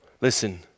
listen